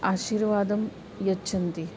आशीर्वादं यच्छन्ति